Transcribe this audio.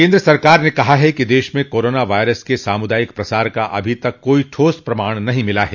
केन्द्र सरकार ने कहा है कि देश में कोरोना वायरस के सामुदायिक प्रसार का अभी तक कोई ठोस प्रमाण नहीं मिला है